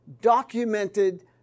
documented